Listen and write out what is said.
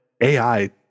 AI